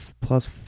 plus